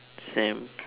sam